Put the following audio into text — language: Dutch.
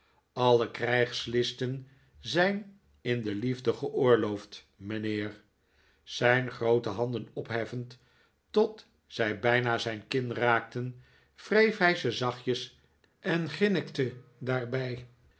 alle krijgslisten zijn in de liefde geoorloofd mijnheer zijn groote handen opheffend tot zij bijna zijn kin raakten wreef hij ze zachtjes en grinnikte daarbij